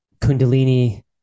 Kundalini